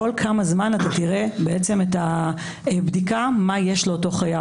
כל כמה זמן תראה את הבדיקה מה יש לאותו חייב.